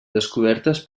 descobertes